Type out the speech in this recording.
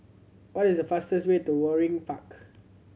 what is the fastest way to Waringin Park